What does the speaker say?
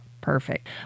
Perfect